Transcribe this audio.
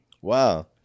wow